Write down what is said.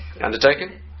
Undertaken